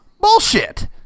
Bullshit